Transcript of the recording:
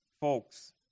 Folks